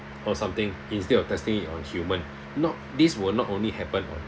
or something instead of testing it on human not this will not only happen on